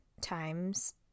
times